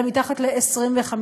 אלא מתחת ל-25%,